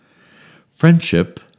Friendship